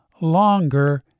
longer